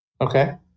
Okay